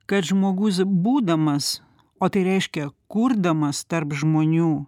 kad žmogus būdamas o tai reiškia kurdamas tarp žmonių